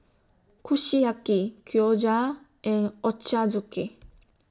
Kushiyaki Gyoza and Ochazuke